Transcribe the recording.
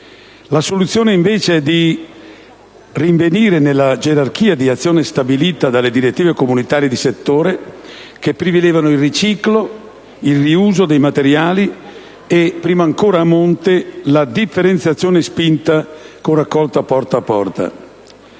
La soluzione è invece da rinvenire nella gerarchia di azione stabilita dalle direttive comunitarie di settore, che privilegiano il riciclo, il riuso dei materiali e - a monte - la differenziazione spinta con raccolta porta a porta.